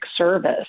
service